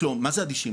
מה זה אדישים,